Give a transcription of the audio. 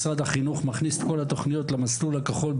משרד החינוך מכניס את כל התוכניות למסלול הכחול,